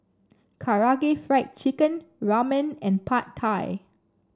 Karaage Fried Chicken Ramen and Pad Thai